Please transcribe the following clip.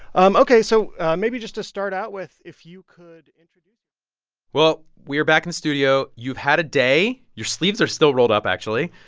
um ok, so maybe just to start out with, if you could. well, we're back in the studio. you've had a day. your sleeves are still rolled up, actually.